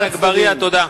חבר הכנסת אגבאריה, תודה.